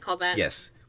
yes